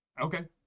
Okay